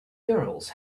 girls